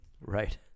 Right